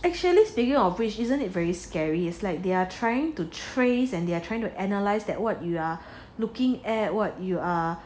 actually speaking of which isn't it very scary it's like they're trying to trace and they are trying to analyze that what you are looking at what you are